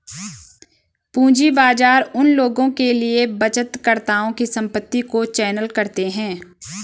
पूंजी बाजार उन लोगों के लिए बचतकर्ताओं की संपत्ति को चैनल करते हैं